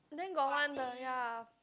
then got one the ya